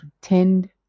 tend